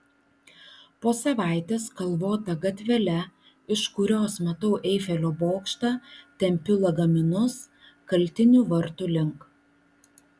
po savaitės kalvota gatvele iš kurios matau eifelio bokštą tempiu lagaminus kaltinių vartų link